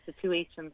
situations